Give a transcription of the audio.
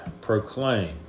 proclaimed